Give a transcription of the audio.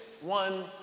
one